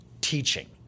teaching